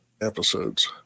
episodes